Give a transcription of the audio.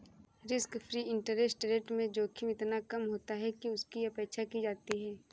risk free interest rate में जोखिम इतना कम होता है कि उसकी उपेक्षा की जाती है